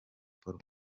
paul